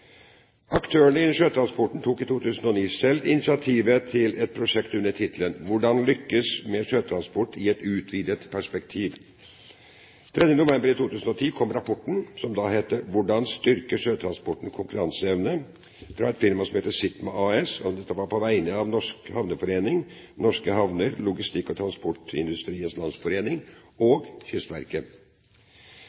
Aktørene innen sjøtransporten tok i 2009 selv initiativet til et prosjekt under tittelen «Hvordan lykkes med sjøtransport i et utvidet perspektiv?». Den 3. november 2010 kom rapporten, som da heter «Hvordan styrke sjøtransportens konkurranseevne?», fra et firma som heter Sitma AS, på vegne av Norsk Havneforening, Norske Havner, Logistikk- og Transportindustriens Landsforening